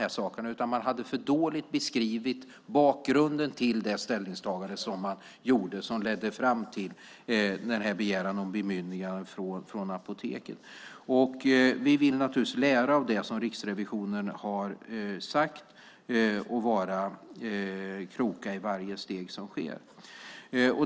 Det revisionen ansåg var att det var en för dålig beskrivning till bakgrunden till det ställningstagande som ledde fram till begäran om bemyndigande när det gäller apoteket. Vi vill naturligtvis lära av det som Riksrevisionen har sagt och vara kloka i varje steg.